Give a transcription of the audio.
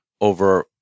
over